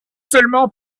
seulement